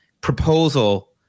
proposal